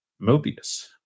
Mobius